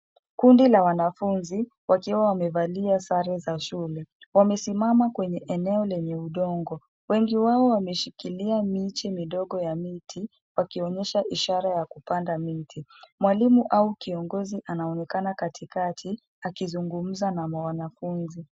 Kundi la wanafunzi, wakiwa wamevalia sare za shule. Wamesimama kwenye eneo lenye udongo. Wengi wao wameshikilia miche midogo ya miti, wakionyesha ishara ya kupanda miti. Mwalimu au kiongozi anaonekana katikati akizungumza na wanafunzi.